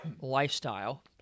lifestyle